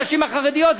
הנשים החרדיות,